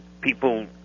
people